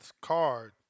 card